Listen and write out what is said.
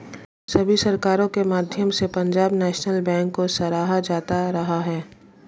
सभी सरकारों के माध्यम से पंजाब नैशनल बैंक को सराहा जाता रहा है